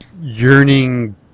yearning